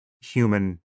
human